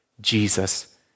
Jesus